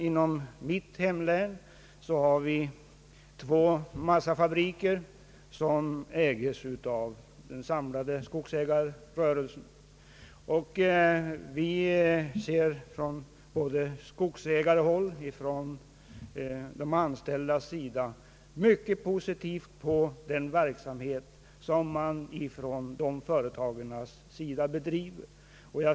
I mitt hemlän finns två massafabriker som ägs av den samlade skogsägarrörelsen. Både från skogsägarhåll och från de anställdas sida ser man mycket positivt på den verksamhet som dessa företag driver.